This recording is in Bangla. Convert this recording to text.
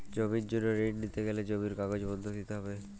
জমির জন্য ঋন নিতে গেলে জমির কাগজ বন্ধক দিতে হবে কি?